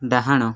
ଡାହାଣ